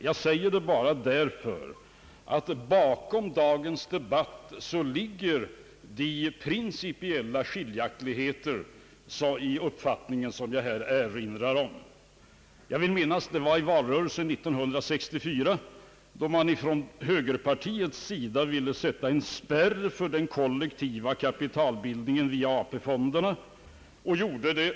Jag nämner det bara därför att de principiella skiljaktigheter i uppfattningen som jag här erinrat om ligger bakom dagens debatt. Jag vill minnas att det var i valrörelsen 1964 som man från högerpartiets sida ville sätta en spärr för den kollektiva kapitalbildningen via AP-fonderna.